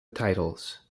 titles